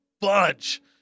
bunch